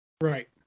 Right